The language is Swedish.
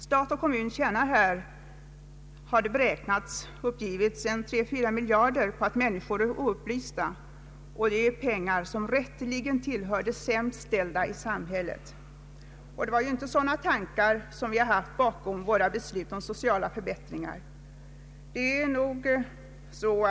Stat och kommun tjänar, har det beräknats och uppgivits, 3—4 miljarder på att människor är oupplysta. Och det är pengar som rätteligen tillhör de sämst ställda i samhället. Det var ändå inte sådana tankar som låg bakom våra beslut om sociala förbätt ringar.